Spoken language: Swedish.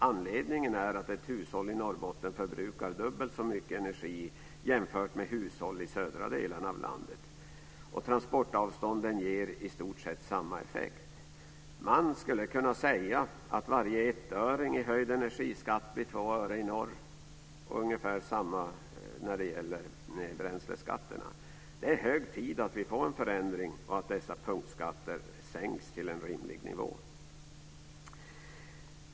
Anledningen är att ett hushåll i Norrbotten förbrukar dubbelt så mycket energi jämfört med ett hushåll i södra delarna av landet. Transportavstånden ger i stort sett samma effekt. Varje 1-öring i höjd energiskatt blir 2 öre i norr, och ungefär detsamma gäller för bränsleskatterna. Det är hög tid att vi får en förändring så att dessa punktskatter sänks till en rimlig nivå.